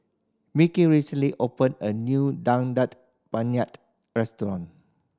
Mickie recently opened a new Daging Penyet restaurant